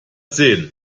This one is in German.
sehen